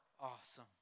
awesome